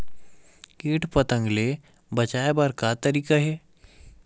कीट पंतगा ले बचाय बर का तरीका हे?